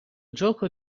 gioco